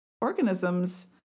organisms